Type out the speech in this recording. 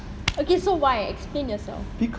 okay so why explain yourself